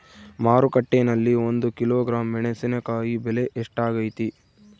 ಮಾರುಕಟ್ಟೆನಲ್ಲಿ ಒಂದು ಕಿಲೋಗ್ರಾಂ ಮೆಣಸಿನಕಾಯಿ ಬೆಲೆ ಎಷ್ಟಾಗೈತೆ?